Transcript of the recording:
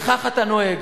וכך אתה נוהג.